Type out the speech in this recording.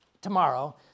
tomorrow